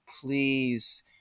please